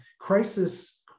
crisis